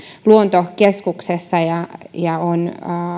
luontokeskuksessa on